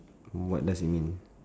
what does it mean